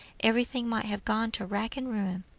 every thing might have gone to rack and ruin.